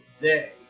today